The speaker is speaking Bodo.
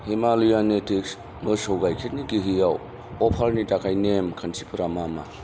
हिमालयान नेटिव्स मोसौ गाइखेरनि गिहियाव अफारनि थाखाय नेम खान्थिफोरा मा मा